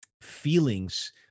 feelings